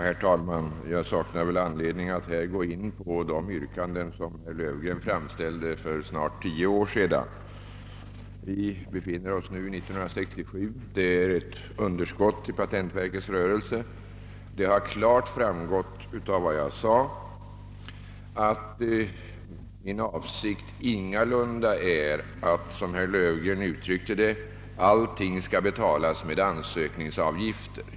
Herr talman! Jag saknar väl anledning att här gå in på de yrkanden som herr Löfgren framställde för snart tio år sedan. Nu är det 1967. Det föreligger ett underskott i patentverkets rörelse. Av vad jag sade har det klart framgått, att min uppfattning ingalunda är att — som herr Löfgren uttryckte det — allting skall betalas med ansökningsavgifter.